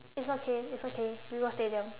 it's okay it's okay we go stadium